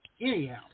Anyhow